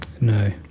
No